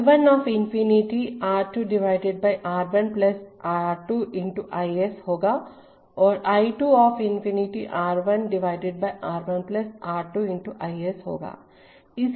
I1 of infinity R 2 R 1 R 2 × I s होगा और I2 of infinity R 1 R 1 R 2 × I s होगा